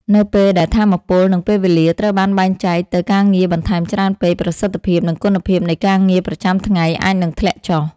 នៅពេលដែលថាមពល និងពេលវេលាត្រូវបានបែងចែកទៅការងារបន្ថែមច្រើនពេក ប្រសិទ្ធភាព និងគុណភាពនៃការងារប្រចាំថ្ងៃអាចនឹងធ្លាក់ចុះ។